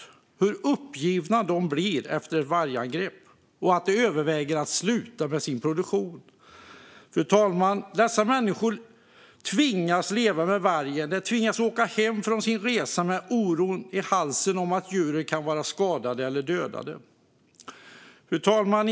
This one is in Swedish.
Dessa människor blir uppgivna efter vargangrepp och överväger att sluta med sin produktion. Fru talman! Dessa människor tvingas leva med vargen. De tvingas åka hem från sin resa med oron i halsen för att djuren kan vara skadade eller dödade. Fru talman!